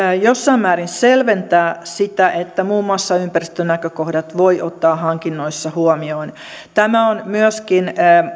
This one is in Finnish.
jossain määrin selventää sitä että muun muassa ympäristönäkökohdat voi ottaa hankinnoissa huomioon tämä on myöskin